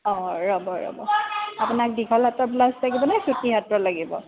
অ ৰ'ব ৰ'ব আপোনাক দীঘল হাতৰ ব্লাউজ লাগিবনে চুটি হাতৰ লাগিব